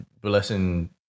blessing